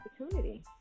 opportunity